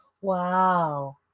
Wow